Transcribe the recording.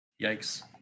Yikes